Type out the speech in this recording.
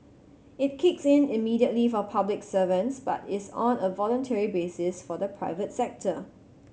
it kicks in immediately for public servants but is on a voluntary basis for the private sector